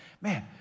man